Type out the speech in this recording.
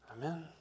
amen